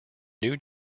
new